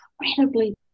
incredibly